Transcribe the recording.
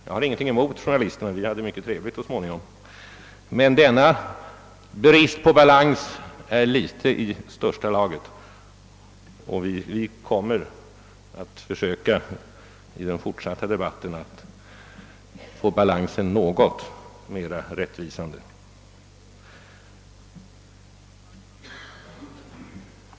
Jag har inget emot journalister — vi hade mycket trevligt så småningom — men denna brist på balans är i största laget, och vi kommer i den fortsatta debatten att försöka få balansen något mer rättvisande.